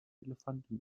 elefanten